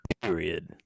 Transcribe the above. period